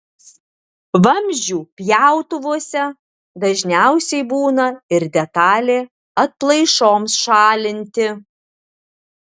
vamzdžių pjautuvuose dažniausiai būna ir detalė atplaišoms šalinti